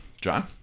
John